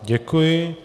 Děkuji.